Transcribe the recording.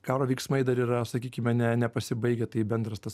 karo veiksmai dar yra sakykime ne nepasibaigę tai bendras tas